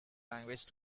language